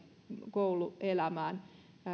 kouluelämään